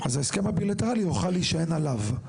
אז ההסכם הבילטרלי יוכל להישען עליו.